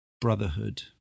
brotherhood